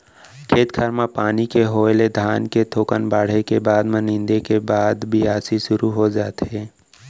खेत खार म पानी के होय ले धान के थोकन बाढ़े के बाद म नींदे के बाद बियासी सुरू हो जाथे